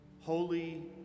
holy